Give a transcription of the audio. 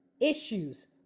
Issues